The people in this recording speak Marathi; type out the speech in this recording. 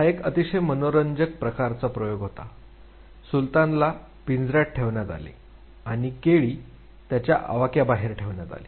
हा एक अतिशय मनोरंजक प्रकारचा प्रयोग होता सुलतानला पिंजऱ्यात ठेवण्यात आले आणि केळी त्याच्या आवाक्याबाहेर ठेवण्यात आली